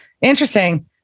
Interesting